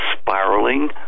spiraling